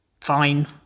Fine